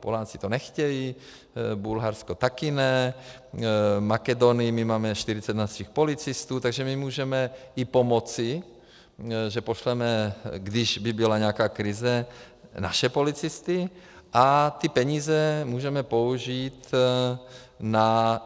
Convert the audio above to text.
Poláci to nechtějí, Bulharsko taky ne, v Makedonii máme 40 našich policistů, takže můžeme i pomoci, že pošleme, když by byla nějaká krize, naše policisty a peníze můžeme použít